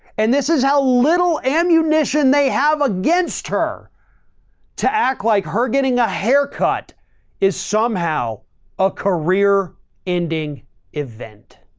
and this is how little ammunition they have against her to act like her getting a haircut is somehow a career ending event.